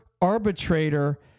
arbitrator